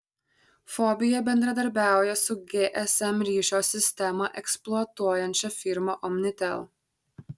fobija bendradarbiauja su gsm ryšio sistemą eksploatuojančia firma omnitel